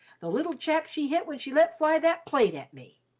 the little chap she hit when she let fly that plate at me.